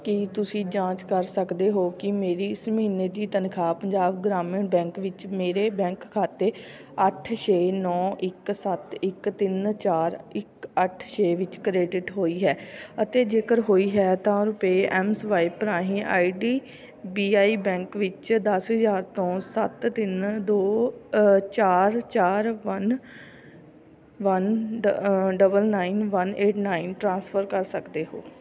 ਕੀ ਤੁਸੀਂ ਜਾਂਚ ਕਰ ਸਕਦੇ ਹੋ ਕਿ ਮੇਰੀ ਇਸ ਮਹੀੇਨੇ ਦੀ ਤਨਖ਼ਾਹ ਪੰਜਾਬ ਗ੍ਰਾਮੀਣ ਬੈਂਕ ਵਿੱਚ ਮੇਰੇ ਬੈਂਕ ਖਾਤੇ ਅੱਠ ਛੇ ਨੌ ਇੱਕ ਸੱਤ ਇੱਕ ਤਿੰਨ ਚਾਰ ਇੱਕ ਅੱਠ ਛੇ ਵਿੱਚ ਕ੍ਰੇਡੀਟ ਹੋਈ ਹੈ ਅਤੇ ਜੇਕਰ ਹੋਈ ਹੈ ਤਾਂ ਰੁਪਏ ਐੱਮਸਵਾਈਪ ਰਾਹੀਂ I D B I bank ਵਿੱਚ ਦਸ ਹਜ਼ਾਰ ਤੋਂ ਸੱਤ ਤਿੰਨ ਦੋ ਚਾਰ ਚਾਰ one one double nine one eight nine transfer ਕਰ ਸਕਦੇ ਹੋ